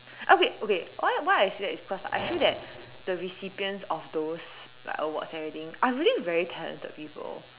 okay okay why why I say that is because I feel that the recipients of those like awards and everything are really very talented people